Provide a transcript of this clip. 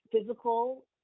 physical